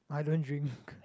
I don't drink